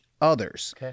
others